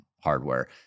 hardware